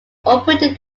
operated